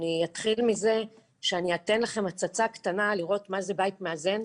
אני אתחיל מזה שאני אתן לכם הצצה קטנה לראות מה זה בית מאזן,